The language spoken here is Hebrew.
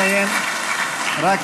מסעוד גנאים,